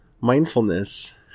Mindfulness